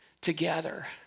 together